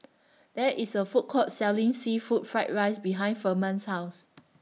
There IS A Food Court Selling Seafood Fried Rice behind Ferman's House